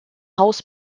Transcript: haus